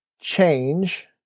Change